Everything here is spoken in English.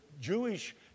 Jewish